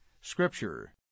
Scripture